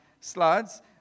slides